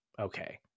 okay